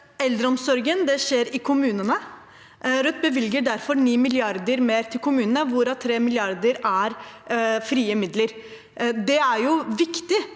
Eldreomsorgen skjer i kommunene. Rødt bevilger derfor 9 mrd. kr mer til kommunene, hvorav 3 mrd. kr er frie midler. Det er viktig